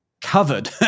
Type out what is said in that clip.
covered